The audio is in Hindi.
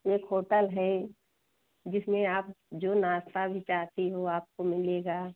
एक होटल है जिसमें आप जोनाश्ता भी चाहती हो आपको मिलेगा